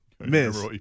Miss